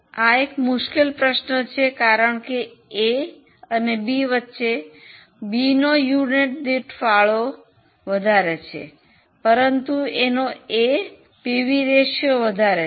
આ એક ખૂબ જ મુશ્કેલ પ્રશ્ન છે કારણ કે એ અને બી વચ્ચે બીનો યુનિટ દીઠ ફાળો વધારે છે પરંતુ એનો પીવી રેશિયો વધારે છે